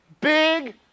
big